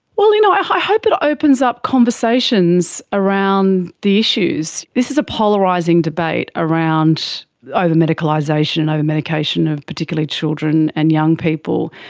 you know i hope it opens up conversations around the issues. this is a polarising debate around over-medicalisation, over-medication of particularly children and young people,